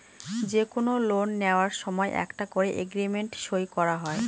যে কোনো লোন নেওয়ার সময় একটা করে এগ্রিমেন্ট সই করা হয়